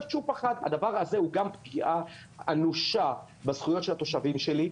הדבר הזה הוא גם פגיעה אנושה בזכויות של התושבים שלי,